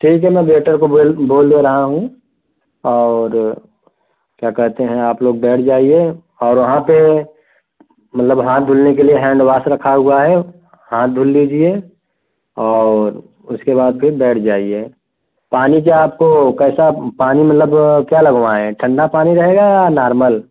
ठीक है मैं वेटर को बोल बोल दे रहा हूँ और क्या कहते हैं आप लोग बैठ जाइए और वहाँ पर मतलब हाथ धुलने के लिए हैन्डवास रखा हुआ है हाथ धुल लीजिए और उसके बाद फिर बैठ जाइए पानी जो आपको कैसा पानी मतलब क्या लगवाएं ठंडा पानी रहेगा या नार्मल